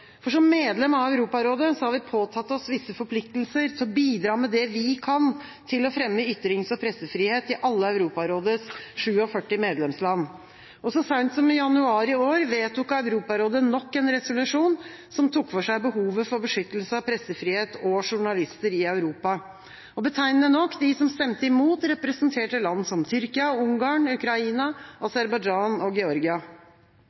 forhold. Som medlem av Europarådet har vi påtatt oss visse forpliktelser til å bidra med det vi kan, til å fremme ytrings- og pressefrihet i alle Europarådets 47 medlemsland. Så sent som i januar i år vedtok Europarådet nok en resolusjon som tok for seg behovet for beskyttelse av pressefrihet og journalister i Europa. Og betegnende nok: De som stemte imot, representerte land som Tyrkia, Ungarn, Ukraina, Aserbajdsjan og Georgia.